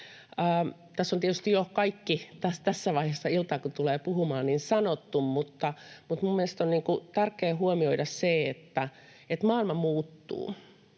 Tässä on tietysti jo kaikki sanottu, kun tässä vaiheessa iltaa tulee puhumaan, mutta mielestäni on tärkeää huomioida se, että maailma muuttuu.